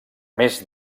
més